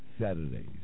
Saturdays